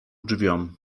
drzwiom